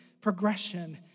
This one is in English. progression